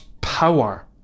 power